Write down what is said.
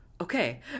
okay